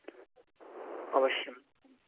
अवश्यं